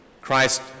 Christ